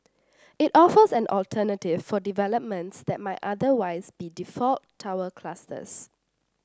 it offers an alternative for developments that might otherwise be default tower clusters